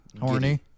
Horny